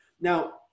Now